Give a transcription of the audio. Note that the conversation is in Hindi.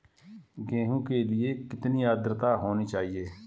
गेहूँ के लिए कितनी आद्रता होनी चाहिए?